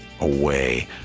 away